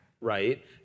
right